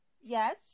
Yes